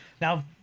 Now